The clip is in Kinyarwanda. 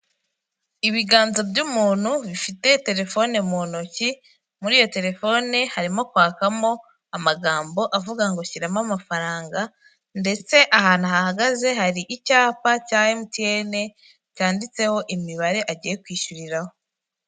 Ibiganza by'umuntu bifite telefone mu ntoki, muri iyo telefone harimo kwakamo amagambo avuga ngo shyiramo amafaranga ndetse ahantu ahagaze hari icyapa cya Emutiyene cyanditseho imibare agiye kwishyuriraho.